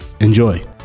Enjoy